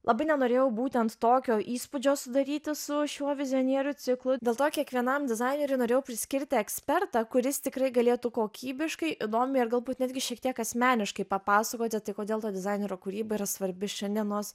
labai nenorėjau būtent tokio įspūdžio sudaryti su šiuo vizionierių ciklu dėl to kiekvienam dizaineriui norėjau priskirti ekspertą kuris tikrai galėtų kokybiškai įdomiai ir galbūt netgi šiek tiek asmeniškai papasakoti tai kodėl to dizainerio kūryba yra svarbi šiandienos